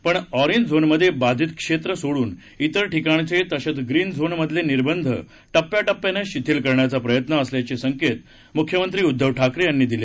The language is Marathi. पण ऑरेंज झोनमध्ये बाधित क्षेत्र सोडून इतर ठिकाणचे तसंच ग्रीन झोनमधले निर्बंध टप्प्याटप्प्यानं शिथील करण्याचा प्रयत्न असल्याचे संकेत मुख्यमंत्री उद्धव ठाकरे यांनी आज दिले